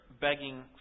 begging